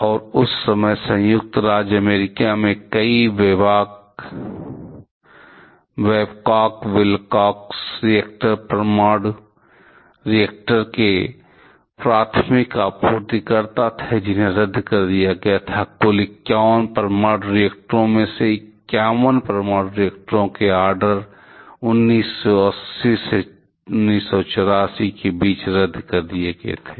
और उस समय संयुक्त राज्य अमेरिका में कई बैबॉक विलकॉक्स रिएक्टर परमाणु रिएक्टर के प्राथमिक आपूर्तिकर्ता थे जिन्हें रद्द कर दिया गया था कुल 51 परमाणु रिएक्टरों में 51 परमाणु रिएक्टरों के आर्डर 1980 से 84 के बीच रद्द किए गए थे